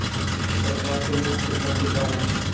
सरकार के मुख्य संपत्ति का हइ?